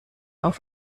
auf